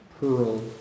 pearl